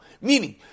Meaning